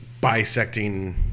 bisecting –